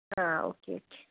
ആ okay okay